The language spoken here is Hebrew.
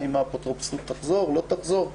האם האפוטרופסות תחזור או לא תחזור,